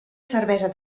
cervesa